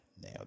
Now